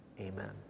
Amen